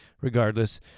regardless